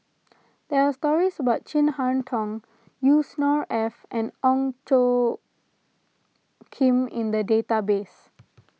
there are stories about Chin Harn Tong Yusnor Ef and Ong Tjoe Kim in the database